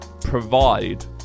provide